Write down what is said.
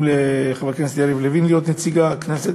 לחבר הכנסת יריב לוין להיות נציג הכנסת.